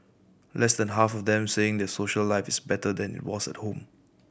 less than half of them saying their social life is better than was at home